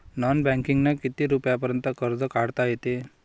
Non बँकिंगनं किती रुपयापर्यंत कर्ज काढता येते?